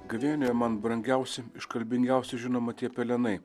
gavėnioj man brangiausi iškalbingiausi žinoma tie pelenai